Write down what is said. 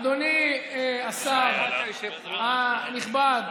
אדוני השר הנכבד,